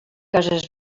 cases